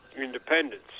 independence